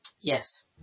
Yes